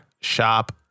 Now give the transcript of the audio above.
Shop